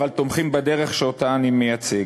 אבל תומכים בדרך שאני מייצג.